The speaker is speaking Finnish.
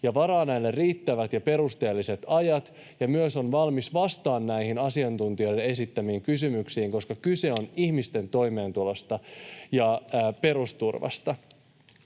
ja varaa näille riittävät ja perusteelliset ajat ja myös on valmis vastaamaan näihin asiantuntijoiden esittämiin kysymyksiin, koska kyse on ihmisten toimeentulosta ja perusturvasta.